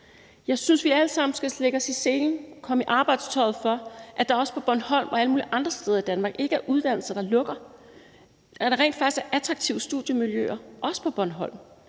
Jeg synes, at vi alle sammen skal lægge os i selen og komme i arbejdstøjet, så der ikke på Bornholm og alle mulige andre steder i Danmark er uddannelser, der lukker, og så der rent faktisk også er attraktive studiemiljøer på Bornholm,